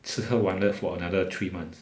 吃喝玩乐 for another three months